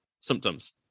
symptoms